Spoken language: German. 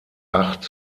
acht